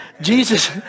Jesus